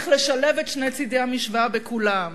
וצריך לשלב את שני צדי המשוואה בכולם: